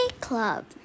club